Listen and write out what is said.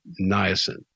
niacin